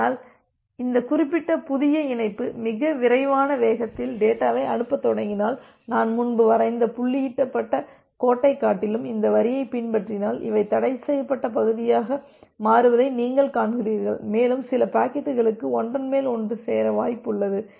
ஆனால் இந்த குறிப்பிட்ட புதிய இணைப்பு மிக விரைவான விகிதத்தில் டேட்டாவை அனுப்பத் தொடங்கினால் நான் முன்பு வரைந்த புள்ளியிடப்பட்ட கோட்டைக் காட்டிலும் இந்த வரியைப் பின்பற்றினால் இவை தடைசெய்யப்பட்ட பகுதியாக மாறுவதை நீங்கள் காண்கிறீர்கள் மேலும் சில பாக்கெட்டுகளுக்கு ஒன்றன் மேல் ஒன்று சேர வாய்ப்பு உள்ளது